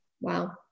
Wow